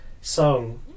song